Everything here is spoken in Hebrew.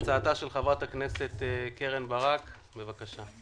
הצעה של חברת הכנסת קרן ברק, בבקשה.